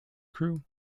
crew